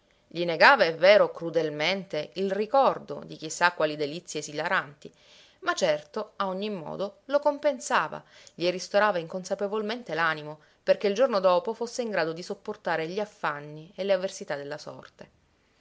gli negava è vero crudelmente il ricordo di chi sa quali delizie esilaranti ma certo a ogni modo lo compensava gli ristorava inconsapevolmente l'animo perché il giorno dopo fosse in grado di sopportare gli affanni e le avversità della sorte